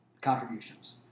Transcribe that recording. contributions